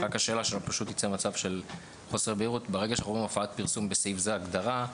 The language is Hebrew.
ברגע שאנחנו אומרים: הופעת פרסום בסעיף זה הגדרה,